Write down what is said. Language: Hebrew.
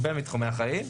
ובהרבה מתחומי החיים,